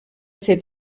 ser